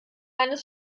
eines